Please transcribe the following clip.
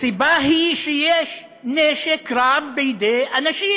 הסיבה היא שיש נשק רב בידי אנשים,